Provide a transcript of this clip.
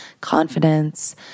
confidence